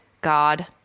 God